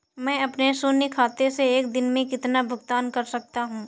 मैं अपने शून्य खाते से एक दिन में कितना भुगतान कर सकता हूँ?